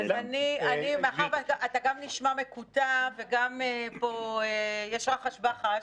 מאחר שאתה גם נשמע מקוטע וגם פה יש רחש בחש,